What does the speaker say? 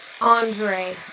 Andre